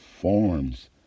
forms